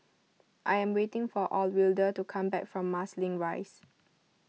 I am waiting for Alwilda to come back from Marsiling Rise